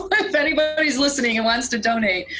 but if anybody's listening and wants to donate.